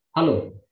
Hello